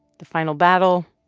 the final battle,